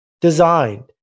designed